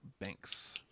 Banks